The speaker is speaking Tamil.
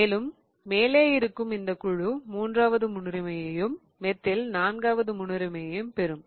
மேலும் மேலே இருக்கும் இந்த குழு மூன்றாவது முன்னுரிமையையும் மெத்தில் நான்காவது முன்னுரிமையையும் பெறும்